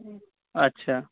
আচ্ছা